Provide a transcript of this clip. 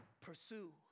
Pursue